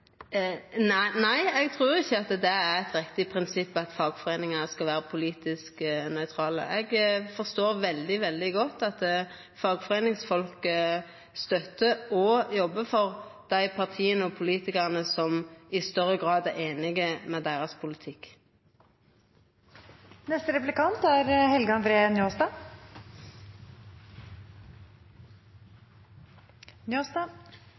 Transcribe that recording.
Nei, eg trur ikkje det er eit riktig prinsipp at fagforeiningar skal vera politisk nøytrale. Eg forstår veldig, veldig godt at fagforeiningsfolk støttar og jobbar for dei partia og politikarane som i størst grad er einige i deira politikk. Eit kjenneteikn ved SVs alternative budsjett og politikk er